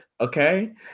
okay